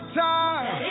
time